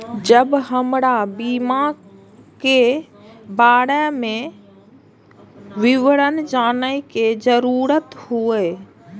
जब हमरा बीमा के बारे में विवरण जाने के जरूरत हुए?